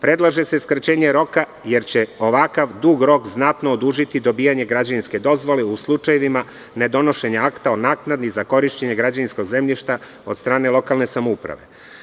Predlaže se skraćenje roka jer će ovakav dug rok znatno odužiti dobijanje građevinske dozvole u slučajevima nedonošenja akta o naknadi za korišćenje građevinskog zemljišta od strane lokalne samouprave.